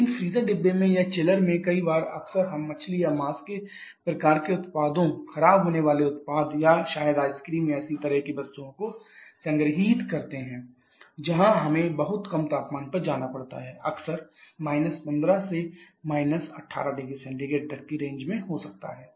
लेकिन फ्रीजर डिब्बे में या चिलर में कई बार अक्सर हम मछली या मांस के प्रकार के उत्पादों खराब होने वाले उत्पाद या शायद ice creams या इसी तरह की वस्तुओं को संग्रहीत करते हैं जहां हमें बहुत कम तापमान पर जाना पड़ता है अक्सर तापमान − 15 to −18 0C तक की रेंज में हो सकता है